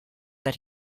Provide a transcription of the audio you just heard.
that